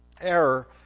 error